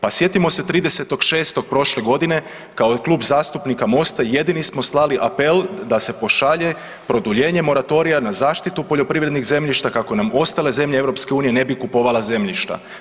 Pa sjetimo se 30.6. prošle godine, kao Klub zastupnika Mosta jedini smo slali apel da se pošalje produljenje moratorija na zaštitu poljoprivrednih zemljišta kako nam ostale zemlje EU ne bi kupovala zemljišta.